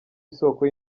isoko